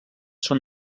són